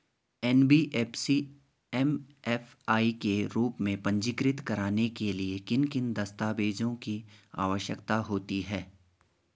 NBFC MFI के रूप में पंजीकृत कराने के लिए किन किन दस्तावेज़ों की आवश्यकता होती है?